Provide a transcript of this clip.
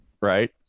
right